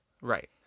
Right